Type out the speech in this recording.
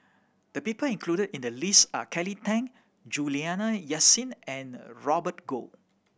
the people included in the list are Kelly Tang Juliana Yasin and Robert Goh